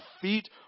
feet